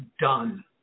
done